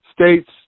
states